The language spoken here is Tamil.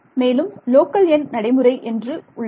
மேலும் லோக்கல் எண் நடைமுறை என்று உள்ளது